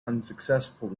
unsuccessful